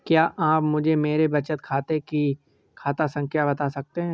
क्या आप मुझे मेरे बचत खाते की खाता संख्या बता सकते हैं?